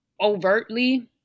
overtly